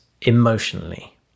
emotionally